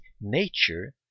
nature